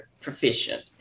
proficient